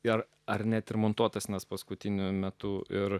ir ar net remontuotas nes paskutiniu metu ir